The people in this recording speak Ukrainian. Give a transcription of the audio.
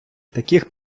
таких